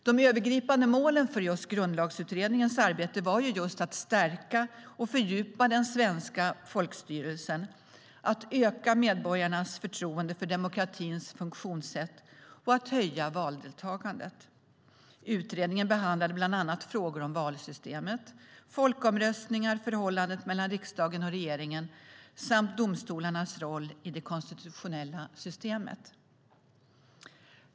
De övergripande målen för Grundlagsutredningens arbete var att stärka och fördjupa den svenska folkstyrelsen, att öka medborgarnas förtroende för demokratins funktionssätt och att höja valdeltagandet. Utredningen behandlade bland annat frågor om valsystemet, folkomröstningar, förhållandet mellan riksdagen och regeringen samt domstolarnas roll i det konstitutionella systemet.